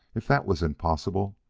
if that was impossible,